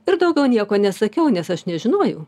ir daugiau nieko nesakiau nes aš nežinojau